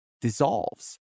dissolves